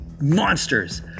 monsters